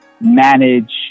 manage